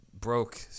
Broke